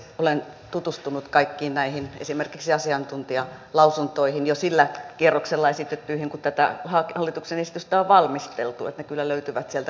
olen tutustunut esimerkiksi kaikkiin näihin asiantuntijalausuntoihin jo sillä kierroksella esitettyihin kun tätä hallituksen esitystä on valmisteltu ne kyllä löytyvät sieltä ympäristöministeriöstä